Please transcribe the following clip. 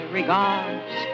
regards